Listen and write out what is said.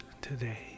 today